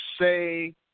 say